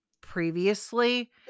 previously